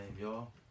y'all